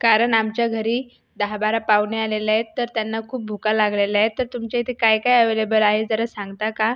कारण आमच्या घरी दहाबारा पाहुणे आलेले आहेत तर त्यांना खूप भुका लागलेल्या आहेत तर तुमच्या इथे काय काय अॅव्हेलेबल आहे जरा सांगता का